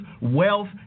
wealth